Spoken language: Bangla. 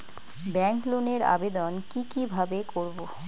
ব্যাংক লোনের আবেদন কি কিভাবে করব?